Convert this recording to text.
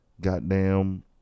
goddamn